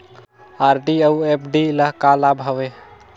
RD अऊ FD ल का लाभ हवे?